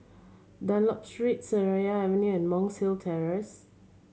Dunlop Street Seraya Avenue Monk's Hill Terrace